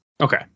Okay